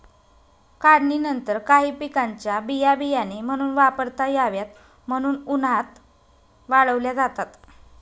काढणीनंतर काही पिकांच्या बिया बियाणे म्हणून वापरता याव्यात म्हणून उन्हात वाळवल्या जातात